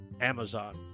Amazon